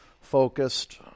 focused